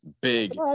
big